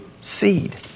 seed